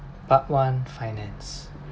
part one finance